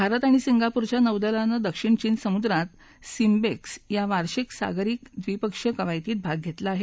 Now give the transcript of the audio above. भारत आणि सिंगापूरच्या नौदलाने दक्षिण चीन समुद्रात सिम्बएक्स या वार्षिक सागरी द्विपक्षीय कवायतीत भाग घेतला आहे